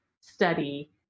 study